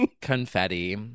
Confetti